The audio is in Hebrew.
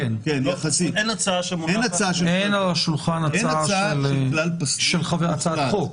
אין הצעה שמונחת שמדברת על כלל פסלות מוחלט.